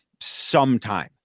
sometime